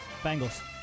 Bengals